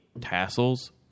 tassels